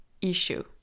issue